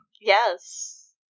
Yes